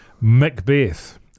Macbeth